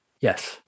Yes